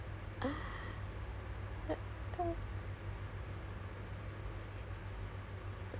how about no I should get rid of the person instead of my cats my cats has been longer okay